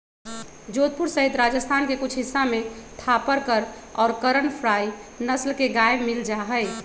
जोधपुर सहित राजस्थान के कुछ हिस्सा में थापरकर और करन फ्राइ नस्ल के गाय मील जाहई